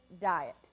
diet